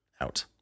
out